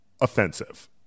Offensive